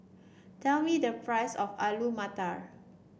tell me the price of Alu Matar